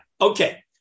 Okay